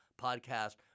podcast